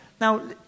Now